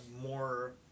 more